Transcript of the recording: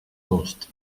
most